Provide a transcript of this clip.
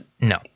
No